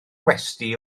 gwesty